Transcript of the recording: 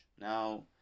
Now